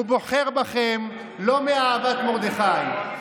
הוא בוחר בכם לא מאהבת מרדכי.